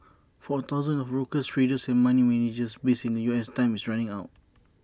for thousands of brokers traders and money managers based in the U S time is running out